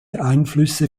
einflüsse